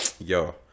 yo